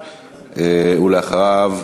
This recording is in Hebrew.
אחריה,